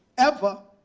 ever,